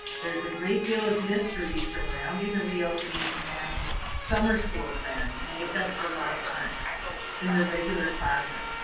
there's a great deal of mystery surrounding the reopening and summer school plan to make up for lost time in the regular classroom.